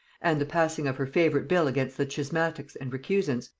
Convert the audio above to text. and the passing of her favorite bill against the schismatics and recusants,